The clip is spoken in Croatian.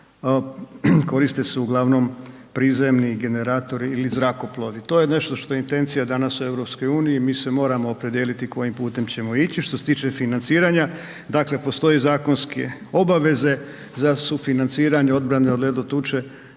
Koriste se uglavnom prizemni generatori ili zrakoplovi. To je nešto što je intencija danas u EU, mi se moramo opredijeliti kojim putem ćemo ići što se tiče financiranja, dakle postoje zakonske obaveze za sufinanciranje odbrane od ledotuče